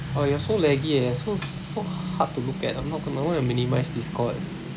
!wah! you are so laggy eh so so hard to look at I'm not gonna I wanna minimise discord